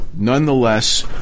Nonetheless